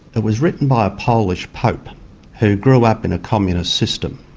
it was written by a polish pope who grew up in a communist system.